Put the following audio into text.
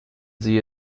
sie